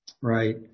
right